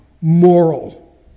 moral